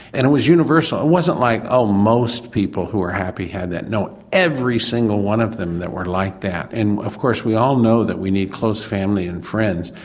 and it was universal it wasn't like oh most people who were happy had that, no, every single one of them that were like that. and of course we all know that we need close family and friends.